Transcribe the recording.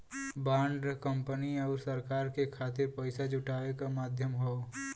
bond company आउर सरकार के खातिर पइसा जुटावे क माध्यम हौ